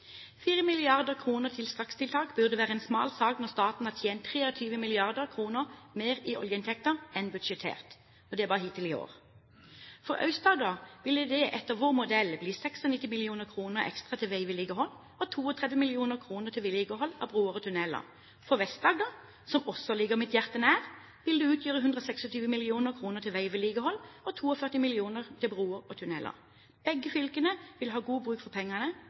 til strakstiltak burde være en smal sak når staten har tjent 23 mrd. kr mer i oljeinntekter enn budsjettert, og det bare hittil i år. For Aust-Agder ville det etter vår modell bli 96 mill. kr ekstra til veivedlikehold og 32 mill. kr til vedlikehold av broer og tunneler. For Vest-Agder, som også ligger mitt hjerte nært, vil det utgjøre 126 mill. kr til veivedlikehold og 42 mill. kr til broer og tunneler. Begge fylkene vil ha god bruk for pengene,